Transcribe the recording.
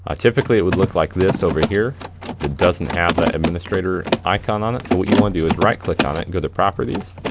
ah typically it would look like this over here that doesn't have that administrator icon on it. so what you wanna do is right click on it and go to properties.